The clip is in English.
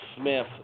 Smith